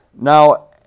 Now